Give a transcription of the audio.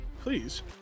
Please